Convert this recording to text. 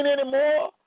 anymore